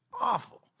Awful